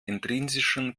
intrinsischen